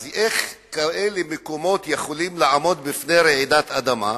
אז איך כאלה מקומות יכולים לעמוד בפני רעידת אדמה?